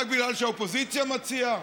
רק בגלל שהאופוזיציה מציעה?